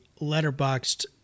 letterboxed